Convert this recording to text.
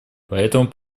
поэтому